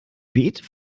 beete